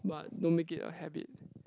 but don't make it a habit